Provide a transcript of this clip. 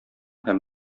һәм